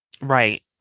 Right